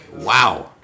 wow